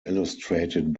illustrated